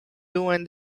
during